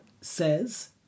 says